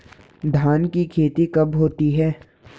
धान की खेती कब होती है?